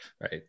right